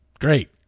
Great